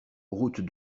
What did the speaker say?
route